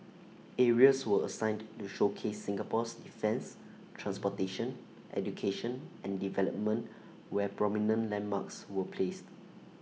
areas were assigned to showcase Singapore's defence transportation education and development where prominent landmarks were placed